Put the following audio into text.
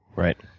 right.